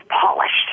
polished